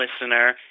listener